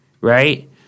right